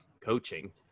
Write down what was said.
coaching